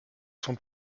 son